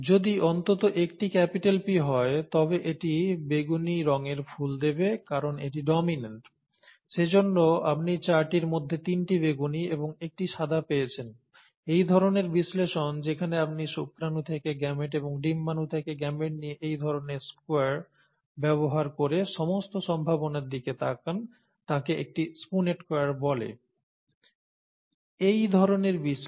যদি অন্তত একটি P হয় তবে এটি বেগুনি রঙের ফুল দেবে কারণ এটি ডমিন্যান্ট সেজন্য আপনি চারটির মধ্যে তিনটি বেগুনি এবং একটি সাদা পেয়েছেন এই ধরণের বিশ্লেষণ যেখানে আপনি শুক্রাণু থেকে গেমেট এবং ডিম্বাণু থেকে গেমেট নিয়ে এই ধরণের স্কোয়ার ব্যবহার করে সমস্ত সম্ভাবনার দিকে তাকান তাকে একটি 'পুনেট স্কয়ার' বলে এই ধরণের বিশ্লেষণে এটি খুব ব্যবহৃত হয়